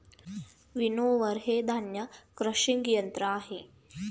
winnower हे धान्य crushing यंत्र आहे